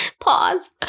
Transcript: pause